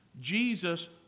Jesus